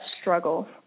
struggle